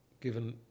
given